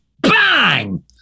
bang